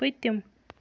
پٔتِم